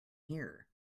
here